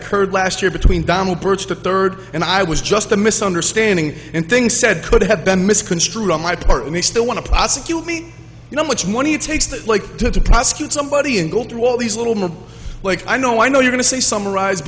occurred last year between donald birch the third and i was just a misunderstanding and things said could have been misconstrued on my part and they still want to prosecute me you know much money it takes to like to prosecute somebody and go through all these little more like i know i know you're going to say summarize